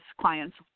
clients